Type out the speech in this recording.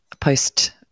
post –